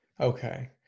Okay